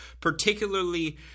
Particularly